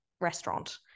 restaurant